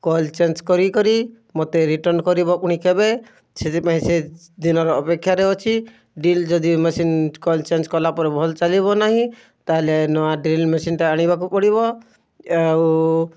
coil change କରି କରି ମୋତେ ରିଟର୍ଣ୍ଣ୍ କରିବ ପୁଣି କେବେ ସେଥିପାଇଁ ସେ ଦିନର ଅପେକ୍ଷାରେ ଅଛି ଡ୍ରିଲ୍ ଯଦି ମସିନ୍ କଏଲ୍ ଚେଞ୍ଜ୍ କଲାପରେ ଭଲ ଚାଲିବ ନାହିଁ ତାହେଲେ ନୂଆ ଡ୍ରିଲ୍ ମେସିନ୍ଟା ଆଣିବାକୁ ପଡ଼ିବ ଆଉ